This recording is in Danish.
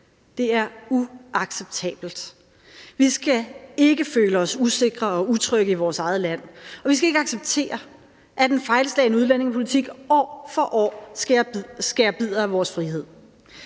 Det er uacceptabelt. Vi skal ikke føle os usikre og utrygge i vores eget land, og vi skal ikke acceptere, at en fejlslagen udlændingepolitik år for år skærer bidder af vores frihed.